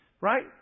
right